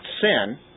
sin